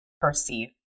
perceive